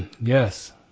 yes